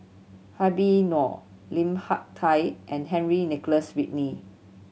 Habib Noh Lim Hak Tai and Henry Nicholas Ridley